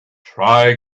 try